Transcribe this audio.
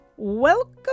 Welcome